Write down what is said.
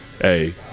hey